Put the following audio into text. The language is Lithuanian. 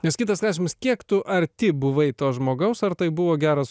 nes kitas klausimas kiek tu arti buvai to žmogaus ar tai buvo geras